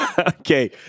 Okay